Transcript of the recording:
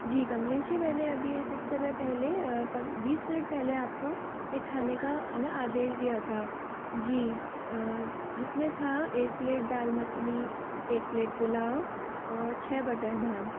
जी कमलेश जी मैंने अभी कुछ समय पहले पन्द बीस मिनट पहले आपको एक खाने का अना आदेश दिया था जी जिसमें था एक प्लेट दाल मखनी एक प्लेट पुलाव और छः बटर नान